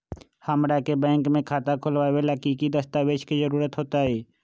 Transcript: हमरा के बैंक में खाता खोलबाबे ला की की दस्तावेज के जरूरत होतई?